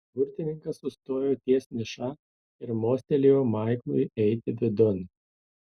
burtininkas sustojo ties niša ir mostelėjo maiklui eiti vidun